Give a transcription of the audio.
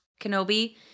Kenobi